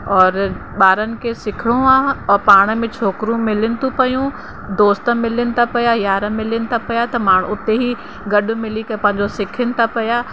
और ॿार खे सिखणो आहे और पाण में छोकिरियूं मिलनि थी पयूं दोस्त मिलनि था पिया यार मिलनि था पिया त मां उते ई गॾु मिली के पंहिंजो सिखनि था पिया